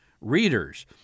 readers